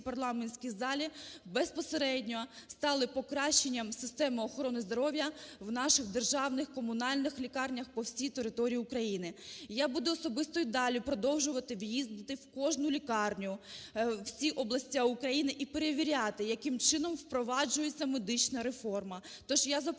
парламентській залі, безпосередньо стали покращенням системи охорони здоров'я в наших державних комунальних лікарнях по всій території України. Я буду особисто і далі продовжувати їздити в кожну лікарню, в усі області України і перевіряти, яким чином впроваджується медична реформа. Тож я запрошую